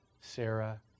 Sarah